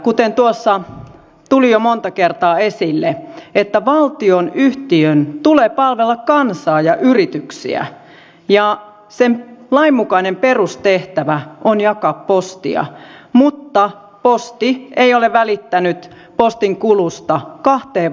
kuten tuossa tuli jo monta kertaa esille valtionyhtiön tulee palvella kansaa ja yrityksiä ja sen lainmukainen perustehtävä on jakaa postia mutta posti ei ole välittänyt postinkulusta kahteen vuoteen